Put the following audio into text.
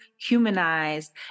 humanized